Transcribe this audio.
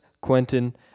Quentin